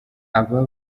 aba